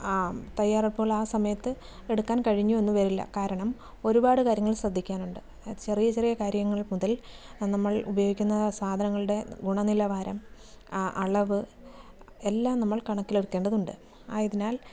തയ്യാറെടുപ്പുകൾ ആ സമയത്ത് എടുക്കാൻ കഴിഞ്ഞു എന്ന് വരില്ല കാരണം ഒരുപാട് കാര്യങ്ങൾ ശ്രദ്ധിക്കാനുണ്ട് ചെറിയ ചെറിയ കാര്യങ്ങൾ മുതൽ നമ്മൾ ഉപയോഗിക്കുന്ന സാധനങ്ങളുടെ ഗുണ നിലവാരം അളവ് എല്ലാം നമ്മൾ കണക്കിലെടുക്കേണ്ടതുണ്ട് ആയതിനാൽ